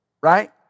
Right